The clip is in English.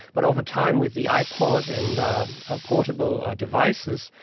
but over time with the ipod and ah portable devices,